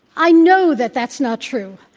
i know that that's not true.